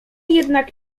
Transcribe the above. jednak